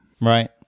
right